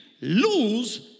lose